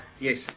Yes